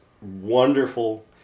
wonderful